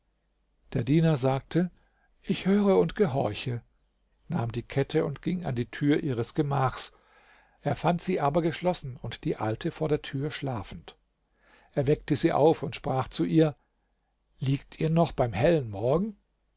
der diener sagte ich höre und gehorche nahm die kette und ging an die tür ihres gemachs er fand sie aber geschlossen und die alte vor der tür schlafend er weckte sie auf und sprach zu ihr liegt ihr noch beim hellen morgen